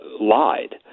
lied